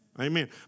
Amen